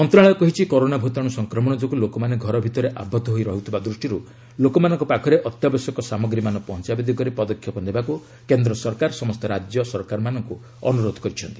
ମନ୍ତ୍ରଣାଳୟ କହିଛି କରୋନା ଭୂତାଣୁ ସଂକ୍ରମଣ ଯୋଗୁଁ ଲୋକମାନେ ଘର ଭିତରେ ଆବଦ୍ଧ ହୋଇ ରହୁଥିବା ଦୃଷ୍ଟିରୁ ଲୋକମାନଙ୍କ ପାଖରେ ଅତ୍ୟାବଶ୍ୟକ ସାମଗ୍ରୀମାନ ପହଞ୍ଚାଇବା ଦିଗରେ ପଦକ୍ଷେପ ନେବାକୁ କେନ୍ଦ୍ର ସରକାର ସମସ୍ତ ରାଜ୍ୟ ସରକାରଙ୍କୁ ଅନୁରୋଧ କରିଛନ୍ତି